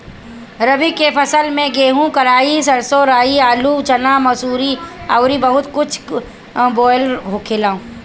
रबी के फसल में गेंहू, कराई, सरसों, राई, आलू, चना, मसूरी अउरी बहुत कुछ के बोआई होखेला